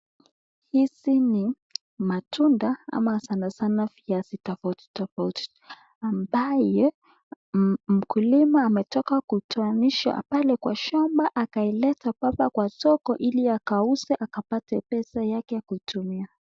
Hizi ni matunda ama sana sana viazi tofauti tofauti ambaye mkulima ametoka kutowanisha pale kwa shamba akaileta hapa kwa soko ili akauze akapate pesa yake ya kutumia.